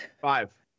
Five